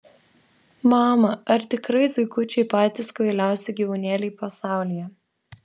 mama ar tikrai zuikučiai patys kvailiausi gyvūnėliai pasaulyje